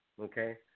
Okay